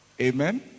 Amen